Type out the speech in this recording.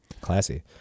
Classy